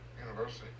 University